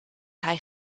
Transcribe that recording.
hij